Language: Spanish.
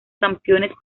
campeones